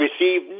receive